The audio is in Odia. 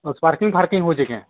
ସ୍ପାର୍କିଙ୍ଗଫାର୍କଙ୍ଗ ହଉଚେଁ କେଁ